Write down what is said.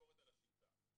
ביקורתך על השיטה.